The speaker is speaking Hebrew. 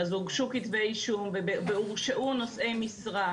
הוגשו כתבי אישום והורשעו נושאי משרה.